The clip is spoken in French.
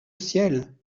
ciel